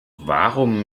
warum